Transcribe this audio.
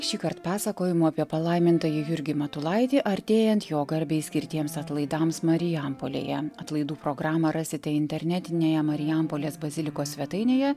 šįkart pasakojimų apie palaimintąjį jurgį matulaitį artėjant jo garbei skirtiems atlaidams marijampolėje atlaidų programą rasite internetinėje marijampolės bazilikos svetainėje